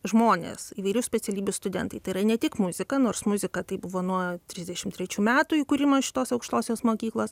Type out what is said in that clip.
žmonės įvairių specialybių studentai tai yra ne tik muzika nors muzika tai buvo nuo trisdešimt trečių metų įkūrimo šitos aukštosios mokyklos